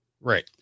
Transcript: Right